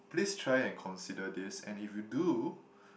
please try and consider this and if you do